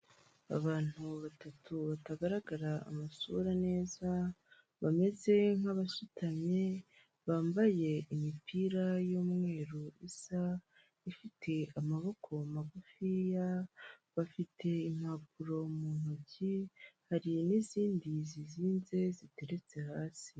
Ubu ni uburyo bwiza buri mu Rwanda kandi bumazemo igihe, buzwi nka manigaramu cyangwa wesiterini yuniyoni ubu buryo rero bumaze igihe bufasha abantu kohereza amafaranga mu mahanga cyangwa kubikuza amafaranga bohererejwe n'umuntu uri mu mahanga mu buryo bwiza kandi bwihuse, kandi bufite umutekano k'uko bimenyerewe hano mu Rwanda.